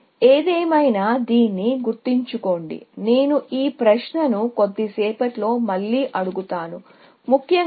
ఏదేమైనా దీన్ని గుర్తుంచుకోండి నేను ఈ ప్రశ్నను కొద్దిసేపట్లో మళ్ళీ అడుగుతాను ముఖ్యంగా